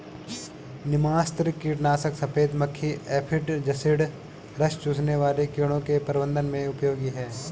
नीमास्त्र कीटनाशक सफेद मक्खी एफिड जसीड रस चूसने वाले कीड़ों के प्रबंधन में उपयोगी है